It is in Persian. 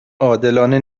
عادلانه